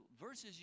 verses